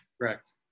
Correct